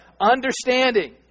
understanding